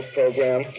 program